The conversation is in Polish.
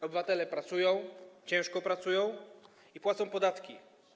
Obywatele pracują, ciężko pracują, i płacą podatki.